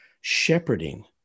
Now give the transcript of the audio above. shepherding